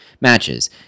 matches